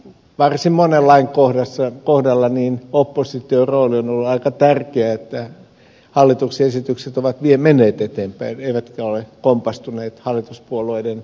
varsin monen lain kohdalla opposition rooli on ollut aika tärkeä että hallituksen esitykset ovat vielä menneet eteenpäin eivätkä ole kompastuneet hallituspuolueiden vastustukseen